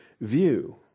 view